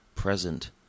present